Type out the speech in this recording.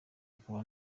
akaba